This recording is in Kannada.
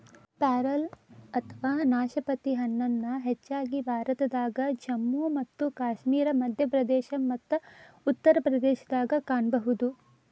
ಪ್ಯಾರಲ ಅಥವಾ ನಾಶಪತಿ ಹಣ್ಣನ್ನ ಹೆಚ್ಚಾಗಿ ಭಾರತದಾಗ, ಜಮ್ಮು ಮತ್ತು ಕಾಶ್ಮೇರ, ಮಧ್ಯಪ್ರದೇಶ ಮತ್ತ ಉತ್ತರ ಪ್ರದೇಶದಾಗ ಕಾಣಬಹುದು